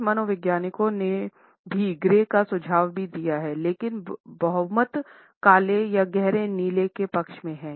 कुछ मनोवैज्ञानिकों ने भी ग्रे का सुझाव भी दिया है लेकिन बहुमत काले या गहरा नीला के पक्ष में है